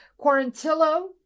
Quarantillo